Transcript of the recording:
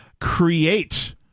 create